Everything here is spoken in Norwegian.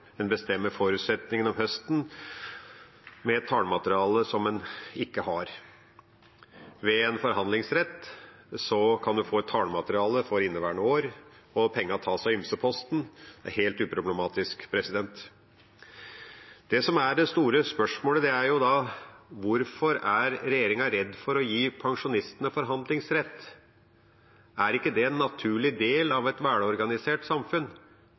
En bestemmer forutsetningene om høsten, med et tallmateriale en ikke har. Ved en forhandlingsrett kan en få et tallmateriale for inneværende år, og pengene tas av ymseposten. Det er helt uproblematisk. Det som er det store spørsmålet, er da: Hvorfor er regjeringa redd for å gi pensjonistene forhandlingsrett? Er ikke det en naturlig del av et velorganisert samfunn?